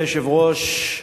אדוני היושב-ראש,